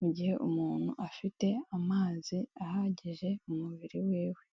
mu gihe umuntu afite amazi ahagije mu mubiri wewe.